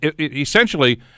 essentially